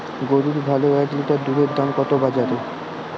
গরুর ভালো এক লিটার দুধের দাম কত বাজারে?